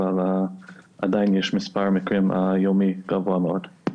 אבל עדיין יש מספר מקרים יומי גבוה מאוד.